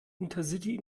intercity